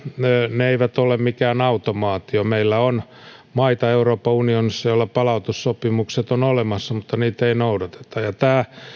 ne eivät ole mikään automaatio meillä on maita euroopan unionissa joilla palautussopimukset on olemassa mutta niitä ei noudateta tämä